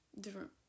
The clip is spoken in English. different